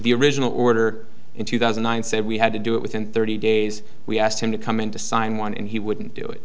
the original order in two thousand and nine said we had to do it within thirty days we asked him to come in to sign one and he wouldn't do it